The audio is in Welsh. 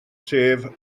sef